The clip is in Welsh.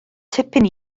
tipyn